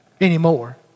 anymore